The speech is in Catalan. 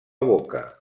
boca